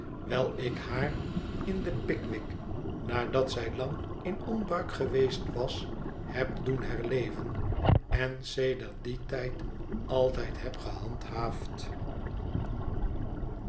wijl ik haar in den pickwick nadat zij lang in onbruik geweest was heb doen herleven en sedert dien tijd altijd heb gehandhaafd